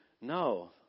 No